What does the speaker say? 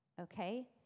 okay